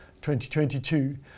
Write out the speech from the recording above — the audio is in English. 2022